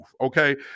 Okay